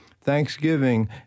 Thanksgiving